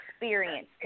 experience